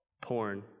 porn